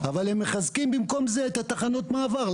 אבל הם מחזקים במקום זה את התחנות מעבר.